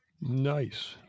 nice